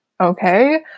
okay